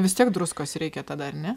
vis tiek druskos reikia tada ar ne